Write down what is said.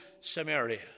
Samaria